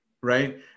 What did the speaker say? Right